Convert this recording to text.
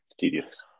tedious